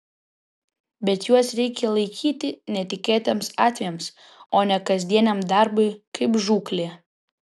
bet juos reikia laikyti netikėtiems atvejams o ne kasdieniam darbui kaip žūklė